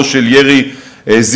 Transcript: לא של ירי זיקוקים,